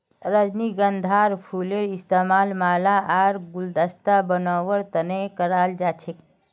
रजनीगंधार फूलेर इस्तमाल माला आर गुलदस्ता बनव्वार तने कराल जा छेक